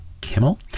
Kimmel